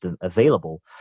available